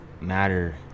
matter